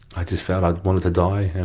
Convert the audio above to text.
i just felt i wanted to die. and